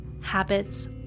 Habits